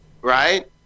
right